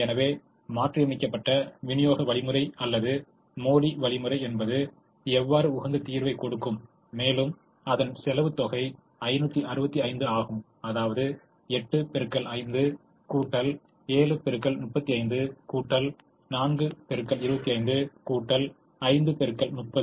எனவே மாற்றியமைக்கப்பட்ட விநியோக வழிமுறை அல்லது மோடி வழிமுறை எவ்வாறு உகந்த தீர்வைக் கொடுக்கும் மேலும் அதன் செலவு தொகை 565 ஆகும் அதாவது